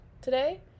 today